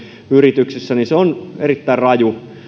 yrityksissä on erittäin raju